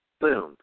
boom